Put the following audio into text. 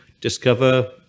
discover